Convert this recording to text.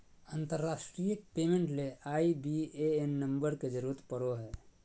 अंतरराष्ट्रीय पेमेंट ले IBAN number के जरूरत पड़ो हय